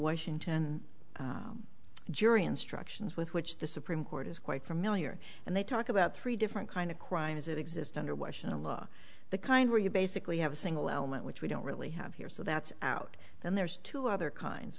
washington jury instructions with which the supreme court is quite familiar and they talk about three different kind of crime as it exists under washington law the kind where you basically have a single element which we don't really have here so that's out then there's two other kinds